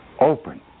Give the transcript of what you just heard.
open